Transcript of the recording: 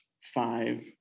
five